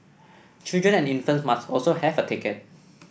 children and infants must also have a ticket